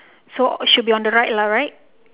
so should be on the right lah right